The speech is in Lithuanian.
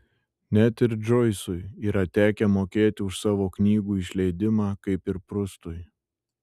net ir džoisui yra tekę mokėti už savo knygų išleidimą kaip ir prustui